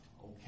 Okay